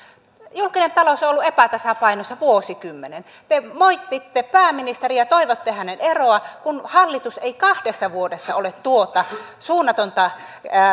julkinen talous on ollut epätasapainossa vuosikymmenen te moititte pääministeriä toivotte hänen eroaan kun hallitus ei kahdessa vuodessa ole tuota suunnatonta